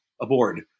aboard